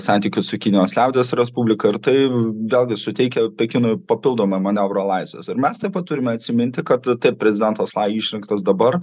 santykius su kinijos liaudies respublika ir tai vėlgi suteikia pekinui papildomą manevro laisvės ir mes taip pat turime atsiminti kad taip prezidentas lai išrinktas dabar